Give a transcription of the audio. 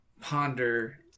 ponder